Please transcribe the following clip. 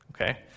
Okay